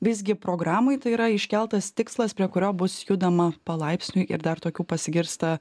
visgi programoj tai yra iškeltas tikslas prie kurio bus judama palaipsniui ir dar tokių pasigirsta